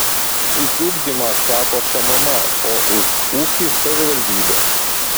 už ugdymą atsako šmm o už ūkį savivaldybė